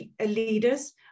leaders